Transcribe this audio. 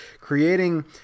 creating